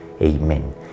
Amen